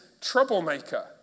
troublemaker